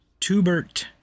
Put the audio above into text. Tubert